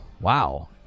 Wow